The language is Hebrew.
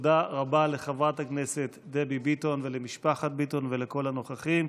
תודה רבה לחברת הכנסת דבי ביטון ולמשפחת ביטון ולכל הנוכחים.